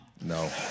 no